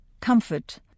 comfort